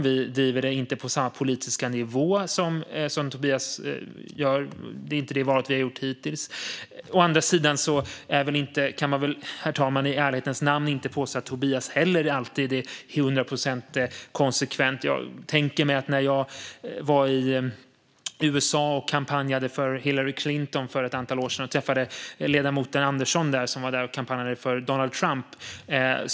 Vi driver den inte på samma politiska nivå som Tobias gör, och det är inte det valet vi har gjort hittills. Å andra sidan, herr talman, kan man väl inte i ärlighetens namn påstå att Tobias heller alltid är hundra procent konsekvent. När jag var i USA och kampanjade för Hillary Clinton för ett antal år sedan träffade jag ledamoten Andersson där när han kampanjade för Donald Trump.